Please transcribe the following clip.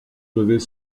devait